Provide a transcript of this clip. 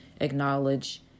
acknowledge